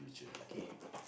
okay